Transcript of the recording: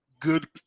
good